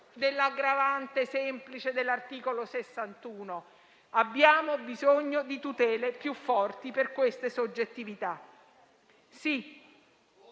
dell'aggravante semplice dell'articolo 61; abbiamo bisogno di tutele più forti per queste soggettività.